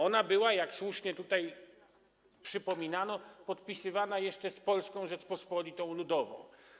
Ona była, jak słusznie tutaj przypominano, podpisywana jeszcze z Polską Rzecząpospolitą Ludową.